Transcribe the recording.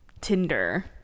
Tinder